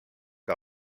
que